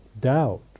doubt